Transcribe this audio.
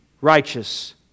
righteous